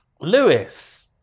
Lewis